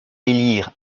élire